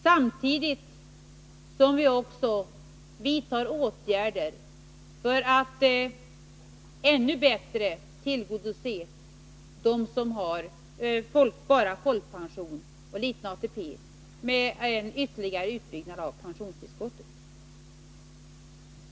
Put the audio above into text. Samtidigt vidtar vi också åtgärder för att ännu bättre tillgodose dem som har bara folkpension och liten ATP med en ytterligare utbyggnad av pensionstillskottet.